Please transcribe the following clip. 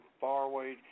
faraway